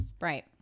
Right